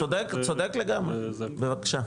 צודק לגמרי, בבקשה.